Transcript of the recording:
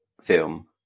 film